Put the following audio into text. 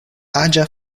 aĝa